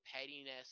pettiness